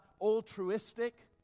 altruistic